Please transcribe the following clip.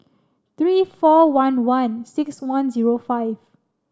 three four one one six one zero five